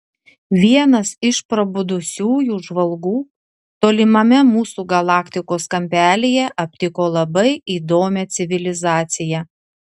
vienas iš prabudusiųjų žvalgų tolimame mūsų galaktikos kampelyje aptiko labai įdomią civilizaciją